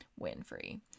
Winfrey